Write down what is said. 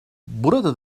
burada